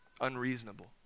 unreasonable